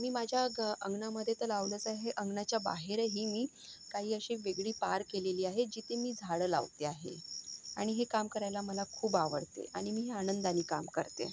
मी माझ्या घ अंगणामध्ये तर लावलंच आहे अंगणाच्या बाहेरही मी काही असे वेगळी पार केलेली आहे जिथे मी झाडं लावते आहे आणि हे काम करायला मला खूप आवडते आणि मीही आनंदानी काम करते